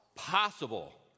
possible